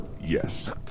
Yes